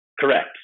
Correct